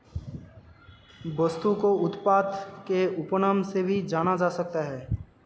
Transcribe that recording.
वस्तु को उत्पाद के उपनाम से भी जाना जा सकता है